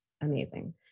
amazing